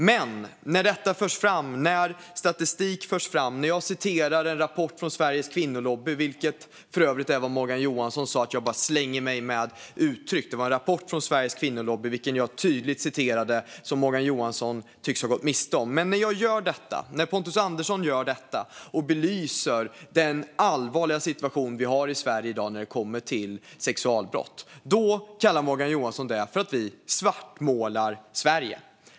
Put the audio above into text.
Men när detta förs fram, när statistik förs fram, när jag citerar en rapport från Sveriges Kvinnolobby - detta kallade Morgan Johansson för övrigt för att jag bara slänger mig med uttryck; det var en rapport från Sveriges Kvinnolobby som jag tydligt citerade men som Morgan Johansson tycks ha missat - och när jag och Pontus Andersson belyser den allvarliga situation vi har i Sverige i dag när det kommer till sexualbrott kallar Morgan Johansson det för att vi svartmålar Sverige.